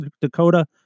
Dakota